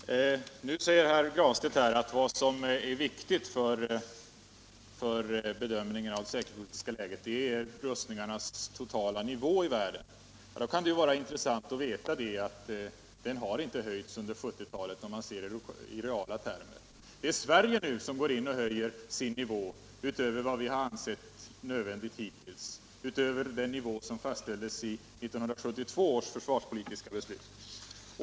Herr talman! Nu säger herr Granstedt att vad som är viktigt för bedömningen av det säkerhetspolitiska läget är rustningarnas totala nivå i världen. Då kan det ju vara intressant att veta att den inte har höjts under 1970-talet, om man ser i reala termer. Det är Sverige som nu höjer sin nivå utöver vad vi har ansett nödvändigt hittills, utöver den nivå som fastställdes i 1972 års försvarspolitiska beslut.